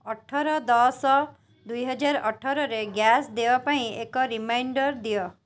ଅଠର ଦଶ ଦୁଇହଜାର ଅଠରରେ ଗ୍ୟାସ୍ ଦେୟ ପାଇଁ ଏକ ରିମାଇଣ୍ଡର୍ ଦିଅ